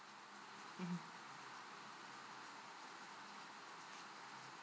mm